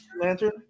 Lantern